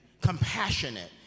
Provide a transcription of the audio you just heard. compassionate